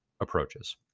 approaches